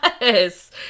Yes